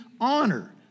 honor